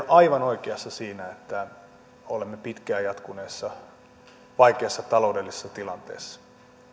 aivan oikeassa siinä että olemme pitkään jatkuneessa vaikeassa taloudellisessa tilanteessa